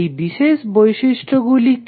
সেই বিশেষ বৈশিষ্ট্য গুলি কি